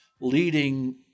leading